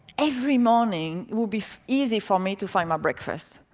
every morning it would be easy for me to find my breakfast.